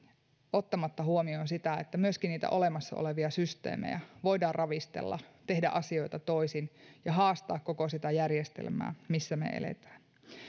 ottamatta huomioon sitä että myöskin olemassa olevia systeemejä voidaan ravistella tehdä asioita toisin ja haastaa koko sitä järjestelmää missä me elämme